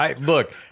Look